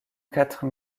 quatre